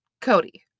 Cody